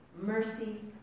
mercy